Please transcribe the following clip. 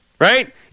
right